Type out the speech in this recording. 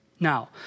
Now